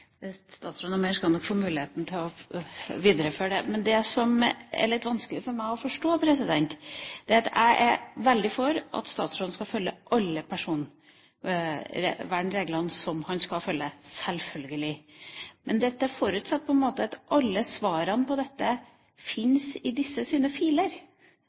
det er noe som er litt vanskelig for meg å forstå. Jeg er veldig for at statsråden skal følge alle de personvernreglene som han skal følge – selvfølgelig – men dette forutsetter på en måte at alle svarene på dette fins i deres filer,